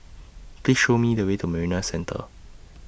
Please Show Me The Way to Marina Centre